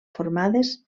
formades